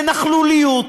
לנכלוליות,